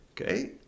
Okay